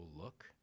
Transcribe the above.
look